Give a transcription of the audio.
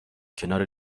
کنار